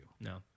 No